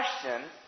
question